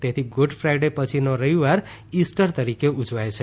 તેથી Good Friday પછીનો રવિવાર ઇસ્ટર તરીકે ઉજવાય છે